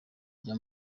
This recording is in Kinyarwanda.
rya